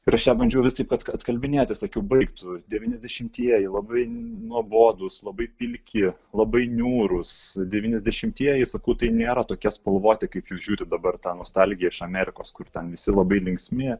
ir aš ją bandžiau visaip at atkalbinėti sakiau baik tu devyniasdešimtieji labai nuobodūs labai pilki labai niūrūs devyniasdešimtieji sakau tai nėra tokie spalvoti kaip jūs žiūrit dabar tą nostalgiją iš amerikos kur ten visi labai linksmi